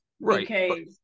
Right